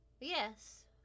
Yes